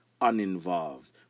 uninvolved